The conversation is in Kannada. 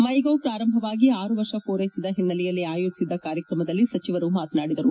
ಮೈ ಗೌ ಪ್ರಾರಂಭವಾಗಿ ಆರು ವರ್ಷ ಪೂರೈಸಿದ ಹಿನ್ನೆಲೆಯಲ್ಲಿ ಆಯೋಜಿಸಿದ್ದ ಕಾರ್ಯಕ್ರಮದಲ್ಲಿ ಸಚವರು ಮಾತನಾಡಿದರು